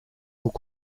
haut